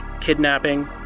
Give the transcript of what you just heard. kidnapping